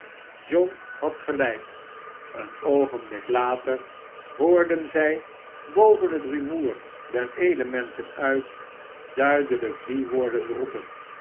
john had gelijk een oogenblik later hoorden zij boven het rumoer der elementen uit duidelijk die woorden roepen